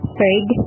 Third